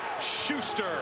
Schuster